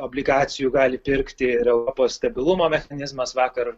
obligacijų gali pirkti ir europos stabilumo mechanizmas vakar